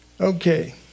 Okay